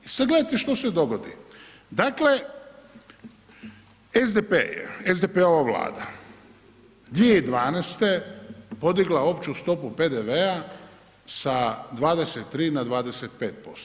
I sad gledajte što se dogodi, dakle SDP je, SDP-ova Vlada 2012. podigla opću stopu PDV-a sa 23 na 25%